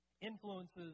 influences